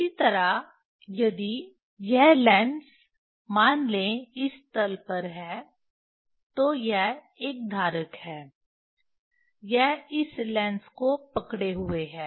इसी तरह यदि यह लेंस मान ले इस तल पर है तो यह एक धारक है यह इस लेंस को पकड़े हुए है